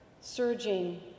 surging